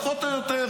פחות או יותר,